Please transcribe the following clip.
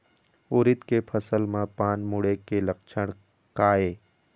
उरीद के फसल म पान मुड़े के लक्षण का ये?